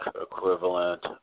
equivalent